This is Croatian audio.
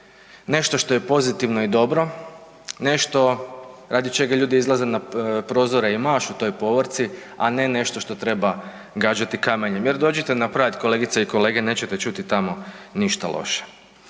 nešto što je pozitivno i dobro, nešto radi čega ljudi izlaze na prozore i mašu toj povorci, a ne nešto što treba gađati kamenjem jer dođite na pride kolegice i kolege nećete čuti tamo ništa loše.